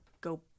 go